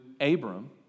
Abram